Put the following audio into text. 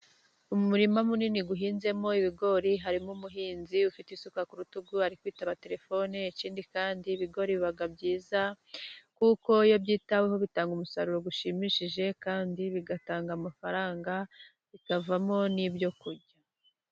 Umuririma munini uhinzemo ibigori harimo umuhinzi ufite isuka ku rutugu ari kwitaba telefone. Ikindi kandi ibigori biba byiza kuko iyo byitaweho bitanga umusaruro ushimishije, kandi bigatanga amafaranga bikavamo n'ibyo kurya.